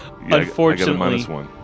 Unfortunately